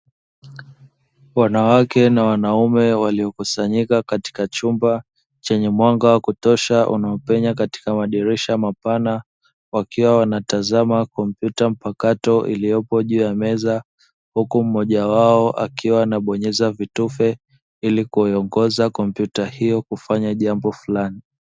Wanawake na wanaume, walio kusanyika katika chumba chenye mwanga wa kutosha, unao penya katika madirisha mapana, wakiwa wanatazama kompyuta mpakato iliyopo juu ya meza. Huku mmoja wao akiwa anabonyeza vitufe, ili kuiongoza kompyuta hio kufanya jambo fulani.